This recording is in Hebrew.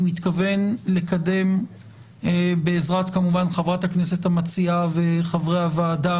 אני מתכוון לקדם בעזרת חברת הכנסת המציעה וחברי הוועדה,